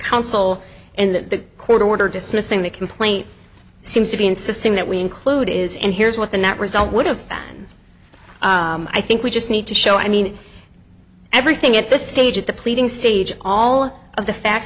counsel in the court order dismissing the complaint seems to be insisting that we include is and here's what the net result would have i think we just need to show i mean everything at this stage at the pleading stage all of the facts